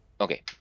Okay